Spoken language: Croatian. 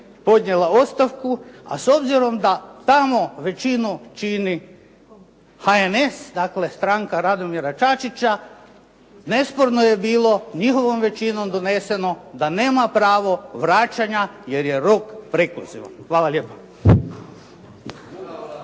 podnijela ostavku a s obzirom da tamo većinu čini HNS-a, dakle, stranka Radimira Čačića nesporno je bilo, njihovom većinom doneseno da nema pravo vraćanja jer je rok prekulzivan. Hvala lijepa. **Bebić, Luka